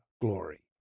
glory